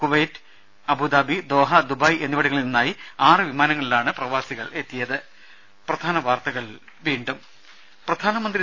Kuwait Abu Dhabi Doha Dubai എന്നിവിടങ്ങളിൽ നിന്നായി ആറ് വിമാനങ്ങളിലാണ് പ്രവാസികൾ എത്തിയത്